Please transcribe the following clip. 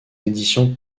éditions